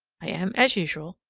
i am, as usual,